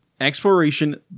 Exploration